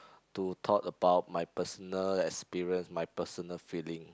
to talk about my personal experience my personal feeling